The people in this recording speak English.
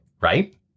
right